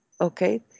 okay